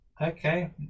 Okay